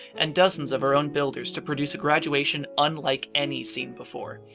and dozens of our own builders to produce a graduation unlike any seen before.